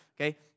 Okay